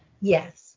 Yes